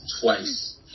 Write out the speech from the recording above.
twice